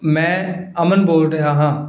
ਮੈਂ ਅਮਨ ਬੋਲ ਰਿਹਾ ਹਾਂ